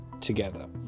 together